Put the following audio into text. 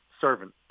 servant